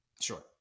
Sure